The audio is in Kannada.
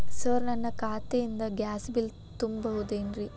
ಸರ್ ನನ್ನ ಖಾತೆಯಿಂದ ಗ್ಯಾಸ್ ಬಿಲ್ ತುಂಬಹುದೇನ್ರಿ?